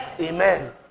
Amen